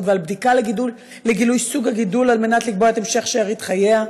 ועל בדיקה לגילוי סוג הגידול על מנת לקבוע את המשך שארית חייה?